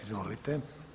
Izvolite.